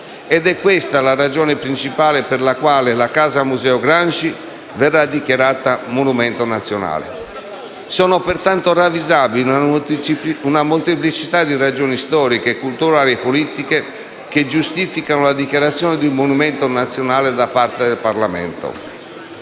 Ed è questa la ragione principale per la quale la Casa Museo Gramsci verrà dichiarata monumento nazionale. Sono pertanto ravvisabili una molteplicità di ragioni storiche, culturali e politiche che giustificano la dichiarazione di monumento nazionale da parte del Parlamento.